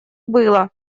было